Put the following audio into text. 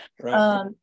Right